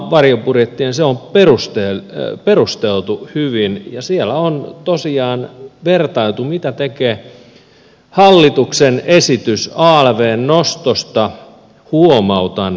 se on perusteltu hyvin ja siellä on tosiaan vertailtu mitä tekee hallituksen esitys alvn nostosta huomautan